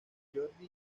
jordi